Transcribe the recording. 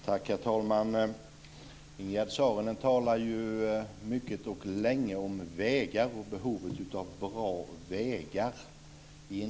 Herr talman! Ingegerd Saarinen talade i inledningen av sitt anförande mycket och länge om behovet av bra vägar.